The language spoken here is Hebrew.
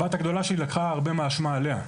הבת הגדולה שלי לקחה הרבה מהאשמה עליה,